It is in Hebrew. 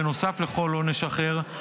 בנוסף לכל עונש אחר,